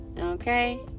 Okay